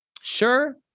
Sure